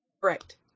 Correct